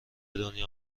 دنیا